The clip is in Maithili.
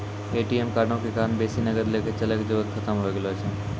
ए.टी.एम कार्डो के कारण बेसी नगद लैके चलै के जरुरत खतम होय गेलो छै